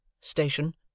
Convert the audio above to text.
station